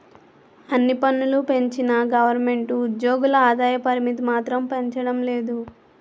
అన్ని పన్నులూ పెంచిన గవరమెంటు ఉజ్జోగుల ఆదాయ పరిమితి మాత్రం పెంచడం లేదు